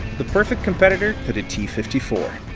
the perfect competitor for the t fifty four!